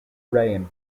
rain